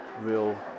real